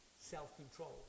self-control